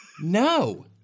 No